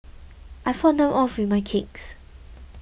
I fought them off with my kicks